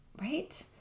Right